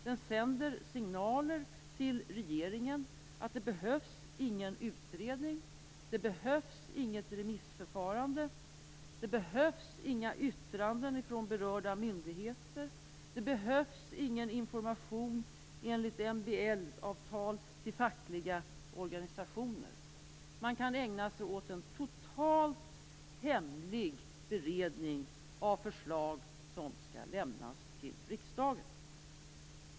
Den sänder signaler till regeringen om att det inte behövs någon utredning, att det inte behövs något remissförfarande, att det inte behövs några yttranden från berörda myndigheter och att det inte behövs någon information enligt MBL-avtal till fackliga organisationer. Man kan ägna sig åt en totalt hemlig beredning av förslag som skall lämnas till riksdagen.